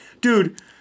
dude